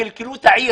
קלקלו את העיר.